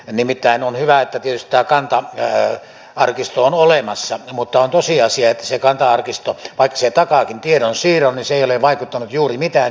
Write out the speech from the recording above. nimittäin väitetystä joka antaa miehelle arkisto on tämä ratkaisu on tosiasia se kanta arkisto paitsi takaa tiedonsiirron se ei ole vaikuttanut juuri mitään